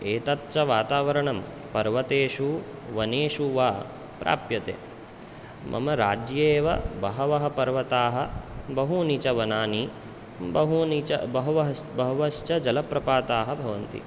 एतत् च वातावरणं पर्वतेषु वनेषु वा प्राप्यते मम राज्ये एव बहवः पर्वताः बहूनि च वनानि बहूनि च बहवः बहवश्च जलप्रपाताः भवन्ति